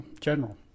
general